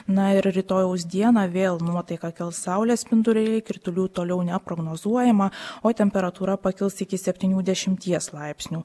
na ir rytojaus dieną vėl nuotaiką kels saulės spinduliai kritulių toliau neprognozuojama o temperatūra pakils iki septynių dešimties laipsnių